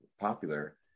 popular